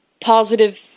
positive